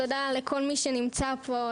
תודה לכל מי שנמצא פה.